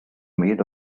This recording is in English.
made